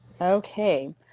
okay